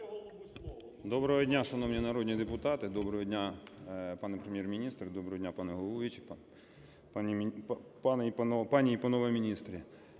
Доброго дня, шановні народні депутати! Доброго дня, пане Прем'єр-міністр! Доброго дня, пане головуючий, пані і панове міністри!